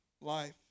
life